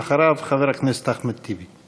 אחריו, חבר הכנסת אחמד טיבי.